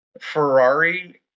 Ferrari